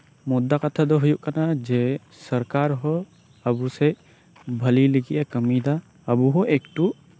ᱢᱩᱫᱽᱫᱷᱟ ᱠᱟᱛᱷᱟ ᱫᱚ ᱦᱩᱭᱩᱜ ᱠᱟᱱᱟ ᱡᱮ ᱥᱚᱨᱠᱟᱨ ᱦᱚᱸ ᱟᱵᱚ ᱥᱮᱡ ᱠᱟᱹᱢᱤ ᱞᱟᱹᱜᱤᱫ ᱮ ᱠᱟᱹᱢᱤᱭᱮᱫᱟ ᱟᱵᱚ ᱦᱚᱸ ᱮᱠᱴᱩ